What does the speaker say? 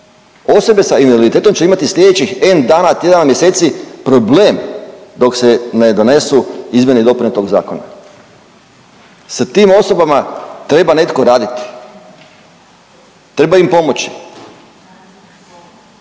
osobe sa invaliditetom će imati slijedećih m dana, tjedana, mjeseci problem dok se ne donesu izmjene i dopune tog zakona. Sa tim osobama treba netko raditi, treba im pomoći,